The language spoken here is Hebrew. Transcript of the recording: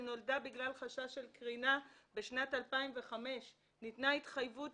שנולדה בגלל חשש של קרינה בשנת 2005. ניתנה התחייבות